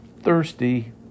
thirsty